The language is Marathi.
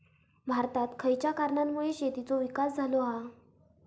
भारतात खयच्या कारणांमुळे शेतीचो विकास झालो हा?